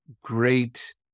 great